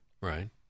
Right